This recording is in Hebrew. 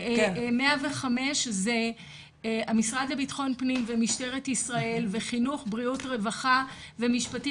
105 זה המשרד לביטחון פנים ומשטרת ישראל וחינוך בריאות רווחה ומשפטים,